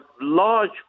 large